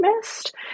missed